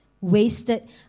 wasted